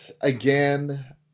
again